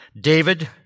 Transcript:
David